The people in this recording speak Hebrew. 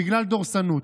בגלל דורסנות.